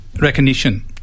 recognition